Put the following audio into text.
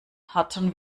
hatten